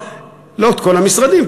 לא את כל המשרדים,